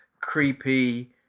creepy